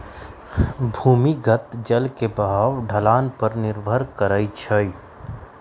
भूमिगत जल के बहाव ढलान पर निर्भर करई छई